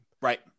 Right